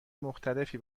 مختلفی